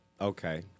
Okay